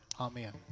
Amen